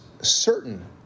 certain